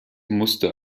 musste